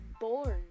born